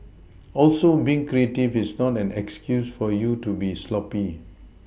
also being creative is not an excuse for you to be sloppy